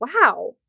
wow